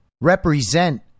represent